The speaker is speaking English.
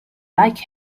like